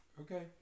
Okay